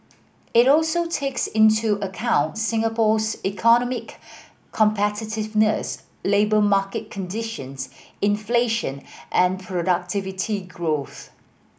it also takes into account Singapore's economic competitiveness labour market conditions inflation and productivity growth